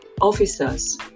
officers